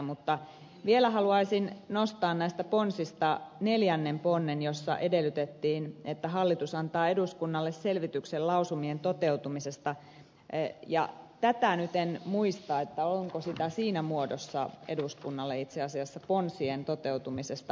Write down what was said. mutta vielä haluaisin nostaa näistä ponsista neljännen ponnen jossa edellytettiin että hallitus antaa eduskunnalle selvityksen lausumien toteutumisesta ja tätä en nyt muista onko sitä siinä muodossa eduskunnalle itse asiassa ponsien toteutumisesta annettu